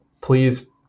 please